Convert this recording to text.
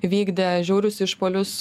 vykdė žiaurius išpuolius